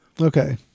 Okay